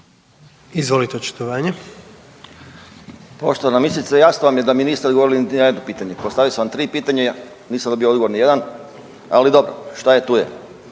Izvolite očitovanje.